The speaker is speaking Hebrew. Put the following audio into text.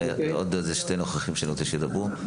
אני רוצה שעוד שני מוזמנים ידברו.